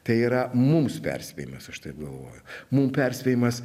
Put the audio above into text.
tai yra mums perspėjimas aš taip galvoju mum perspėjimas